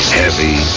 heavy